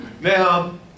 Now